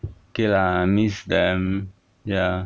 okay lah miss them ya